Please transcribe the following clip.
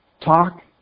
Talk